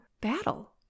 battle